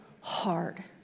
hard